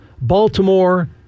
Baltimore